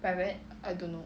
I don't know